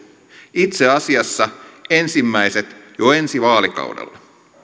itse asiassa ensimmäiset jo ensi vaalikaudella